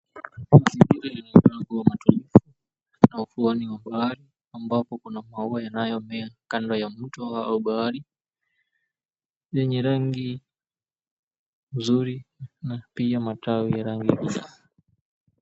[Kisichosikika] ufuoni mwa bahari ambapo kuna maua yanayomea kando ya mto au bahari yenye rangi nzuri na pia matawi ya rangi ya kijani.